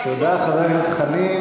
תודה, חבר הכנסת חנין.